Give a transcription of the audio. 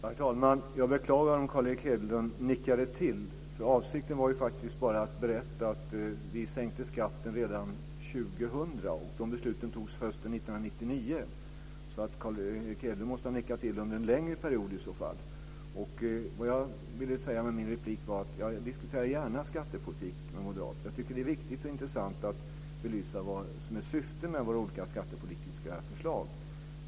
Herr talman! Jag beklagar om Carl Erik Hedlund nickade till. Avsikten var bara att berätta att vi sänkte skatten redan 2000, och de besluten fattades hösten 1999. Carl Erik Hedlund måste ha nickat till under en längre period i så fall. Vad jag ville säga var att jag diskuterar gärna skattepolitik med moderaterna. Jag tycker att det är viktigt och intressant att belysa vad som är syftet med våra olika skattepolitiska förslag.